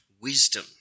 wisdom